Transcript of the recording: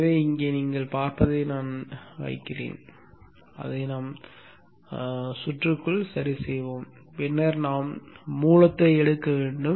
எனவே இங்கே நீங்கள் பார்ப்பதை நான் வைக்கிறேன் அதை நாம் சுற்றுக்குள் சரிசெய்வோம் பின்னர் நாம் மூலத்தை எடுக்க வேண்டும்